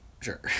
Sure